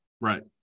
Right